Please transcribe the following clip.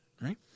right